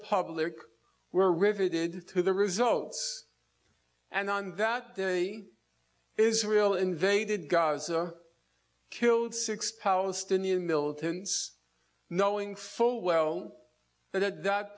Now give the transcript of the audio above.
public were riveted to the results and on that day israel invaded gaza killed six palestinian militants knowing full well that at that